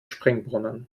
springbrunnen